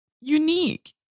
unique